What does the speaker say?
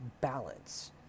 balance